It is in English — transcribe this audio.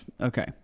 Okay